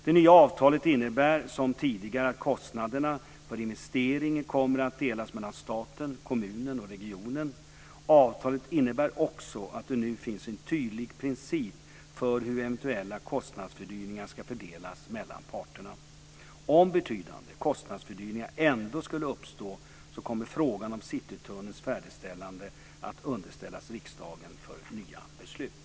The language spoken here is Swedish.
Det nya avtalet innebär som tidigare att kostnaderna för investeringen kommer att delas mellan staten, kommunen och regionen. Avtalet innebär också att det nu finns en tydlig princip för hur eventuella kostnadsfördyringar ska fördelas mellan parterna. Om betydande kostnadsfördyringar ändå skulle uppstå så kommer frågan om Citytunnelns färdigställande att underställas riksdagen för nytt beslut.